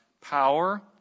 power